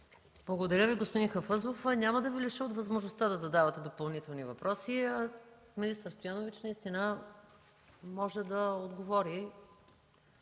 Благодаря Ви, господин Хафъзов. Няма да Ви лиша от възможността да задавате допълнителни въпроси, а министър Стоянович наистина може да отговори